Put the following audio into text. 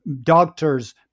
doctors